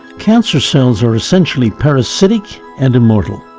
cancer cells are essentially parasitic and immortal.